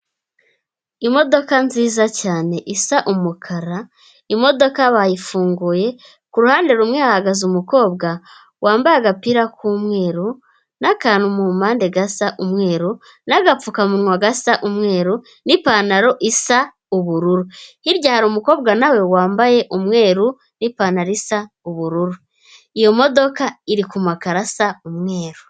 Imodoka nziza cyane isa umukara, imodoka bayifunguye, ku ruhande rumwe hahagaze umukobwa, wambaye agapira k'umweru n'akantu mu mpande gasa umweru, na agapfukamunwa gasa umweru, n'ipantaro isa ubururu. Hirya hari umukobwa nawe wambaye umweru, n'ipantaro isa ubururu. Iyo modoka iri kumakaro asa umweru.